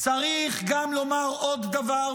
צריך גם לומר עוד דבר,